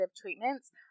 treatments